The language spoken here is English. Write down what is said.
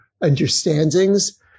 understandings